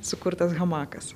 sukurtas hamakas